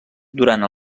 durant